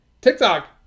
TikTok